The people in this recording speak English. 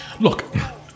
Look